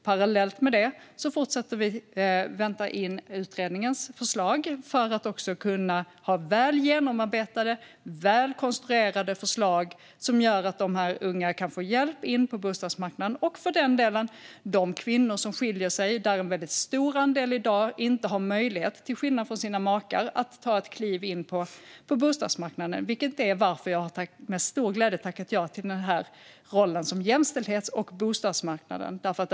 Parallellt med detta fortsätter vi att vänta in utredningen, så att det ska bli väl genomarbetade och konstruerade förslag som gör att de unga kan få hjälp in på bostadsmarknaden. Det gäller för den delen även de kvinnor som skiljer sig. En stor andel har i dag inte möjlighet, till skillnad från sina makar, att ta ett kliv in på bostadsmarknaden. Det är varför jag med stor glädje har tackat ja till rollen som jämställdhets och bostadsminister.